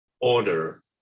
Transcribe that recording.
order